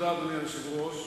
אדוני היושב-ראש,